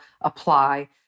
apply